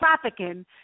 trafficking